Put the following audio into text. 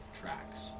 tracks